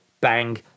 bang